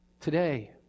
Today